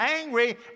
angry